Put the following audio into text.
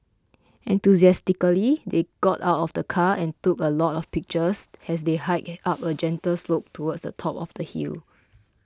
enthusiastically they got out of the car and took a lot of pictures as they hiked up a gentle slope towards the top of the hill